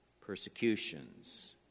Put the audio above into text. persecutions